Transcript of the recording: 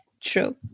true